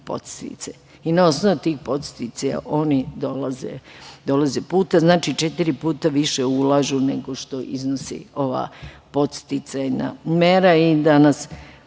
i na osnovu tih podsticaja oni dolaze. Znači, četiri puta više ulažu nego što iznosi ova podsticajna mera. Danas